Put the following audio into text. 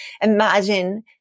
imagine